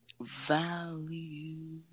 Value